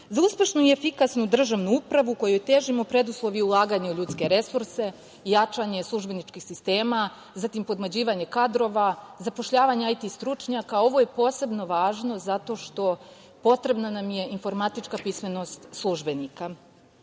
uspešnu i efikasnu državnu upravu kojoj težimo preduslov je ulaganje u ljudske resurse i jačanje službeničkih sistema, podmlađivanje kadrova, zapošljavanje IT stručnjaka. Ovo je posebno važno, zato što nam je potrebna informatička pismenost službenika. Na